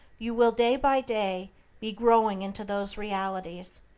you will day by day be growing into those realities,